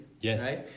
Yes